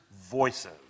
voices